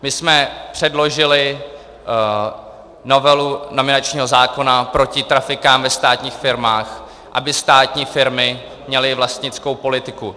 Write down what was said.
My jsme předložili novelu nominačního zákona proti trafikám ve státních firmách, aby státní firmy měly vlastnickou politiku.